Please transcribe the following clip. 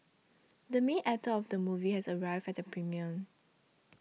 the main actor of the movie has arrived at the premiere